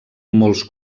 molts